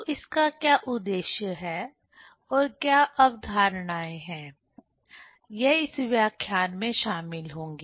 तो इसका क्या उद्देश्य है और क्या अवधारणाएं है यह इस व्याख्यान में शामिल होंगी